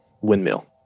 windmill